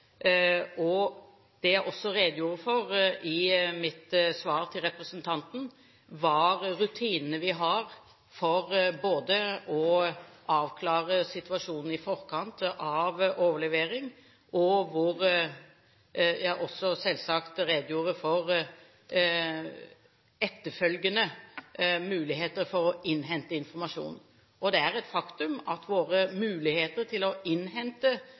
Det jeg redegjorde for i mitt svar til representanten, var rutinene vi har for å avklare situasjonen i forkant av overlevering, og jeg redegjorde selvsagt også for muligheter for å innhente informasjon i etterkant. Det er et faktum at våre muligheter til å innhente